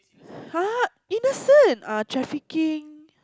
!huh! innocent err trafficking